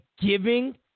giving